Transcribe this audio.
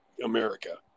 America